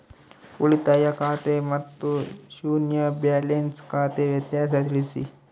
ಉಳಿತಾಯ ಖಾತೆ ಮತ್ತೆ ಶೂನ್ಯ ಬ್ಯಾಲೆನ್ಸ್ ಖಾತೆ ವ್ಯತ್ಯಾಸ ತಿಳಿಸಿ?